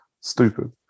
stupid